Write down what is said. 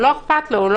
ירים את ידו.